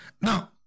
Now